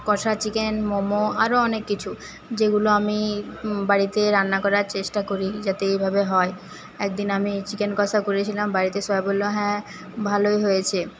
কষা চিকেন মোমো আরো অনেক কিছু যেগুলো আমি বাড়িতে রান্না করার চেষ্টা করি যাতে এভাবে হয় একদিন আমি চিকেন কষা করেছিলাম বাড়িতে সবাই বলল হ্যাঁ ভালোই হয়েছে